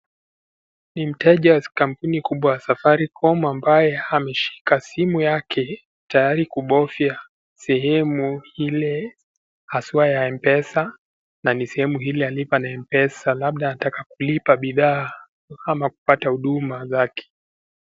Ni mteja wa kampuni kubwa ya Safaricom ambaye ameshika simu yake tayari kubofya sehemu ile haswa ya Mpesa na ni sehemu ile ya lipa na Mpesa, labda anataka kulipa bidhaa ama kupata huduma zake.